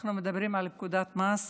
אנחנו מדברים על נקודת מס,